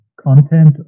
content